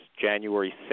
January